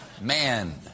man